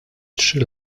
trzy